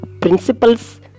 principles